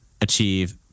achieve